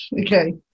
Okay